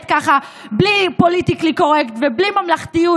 ככה בלי פוליטיקלי קורקט ובלי ממלכתיות,